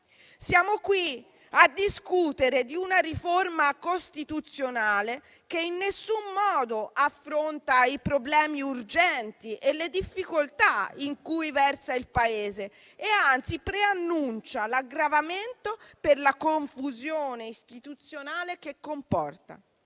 Siamo qui a discutere di una riforma costituzionale che in nessun modo affronta i problemi urgenti e le difficoltà in cui versa il Paese e anzi ne preannuncia l'aggravamento per la confusione istituzionale che comporta.